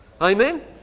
Amen